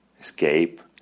escape